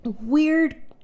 Weird